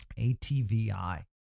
ATVI